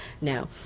No